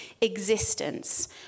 existence